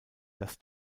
das